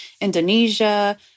Indonesia